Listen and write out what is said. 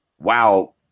wow